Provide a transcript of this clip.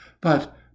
But